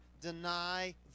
deny